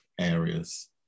areas